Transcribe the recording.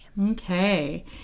Okay